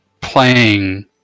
playing